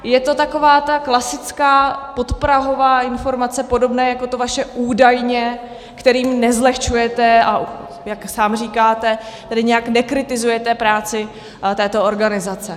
Je to taková ta klasická podprahová informace, podobná jako to vaše údajně, kterým nezlehčujete, jak sám říkáte, tedy nějak nekritizujete práci této organizace.